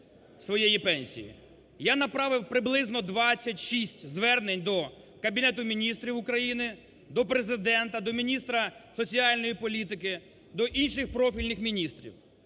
Я направив приблизно 26 звернень до Кабінету Міністрів України, до Президента, до міністра соціальної політики, до інших профільних міністрів.